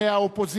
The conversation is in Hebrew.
מהאופוזיציה.